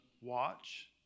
watch